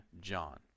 John